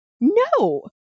No